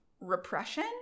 repression